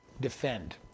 defend